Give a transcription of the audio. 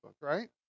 right